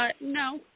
No